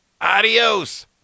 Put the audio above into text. Adios